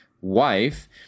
wife